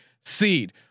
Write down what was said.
seed